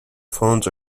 phones